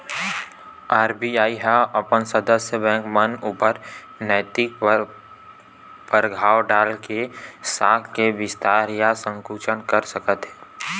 RBI ह अपन सदस्य बेंक मन ऊपर नैतिक परभाव डाल के साख के बिस्तार या संकुचन कर सकथे